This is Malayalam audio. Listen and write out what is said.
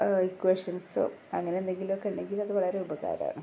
ഇക്വേഷൻസോ അങ്ങനെ എന്തെങ്കിലുമൊക്കെ ഉണ്ടെങ്കില് അത് വളരെ ഉപകാരമാണ്